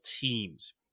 teams